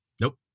nope